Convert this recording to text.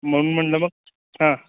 मग म्हणलं मग हां